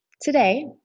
today